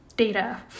Data